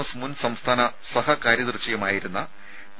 S മുൻ സംസ്ഥാന സഹകാര്യദർശിയുമായ ടി